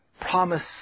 Promise